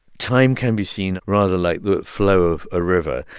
time can be seen rather like the flow of a river,